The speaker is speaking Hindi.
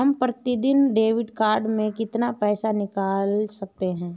हम प्रतिदिन डेबिट कार्ड से कितना पैसा निकाल सकते हैं?